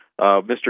Mr